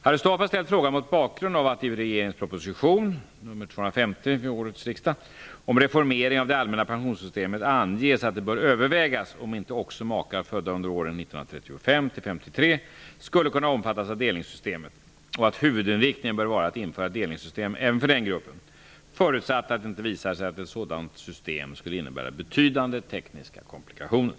Harry Staaf har ställt frågan mot bakgrund av att det i regeringens proposition om reformering av det allmänna pensionssystemet anges att det bör övervägas om inte också makar födda under åren 1935--1953 skulle kunna omfattas av delningssystemet och att huvudinriktningen bör vara att införa ett delningssystem även för den gruppen, förutsatt att det inte visar sig att ett sådant system skulle innebära betydande tekniska komplikationer.